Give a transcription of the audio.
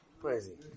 Crazy